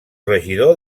regidor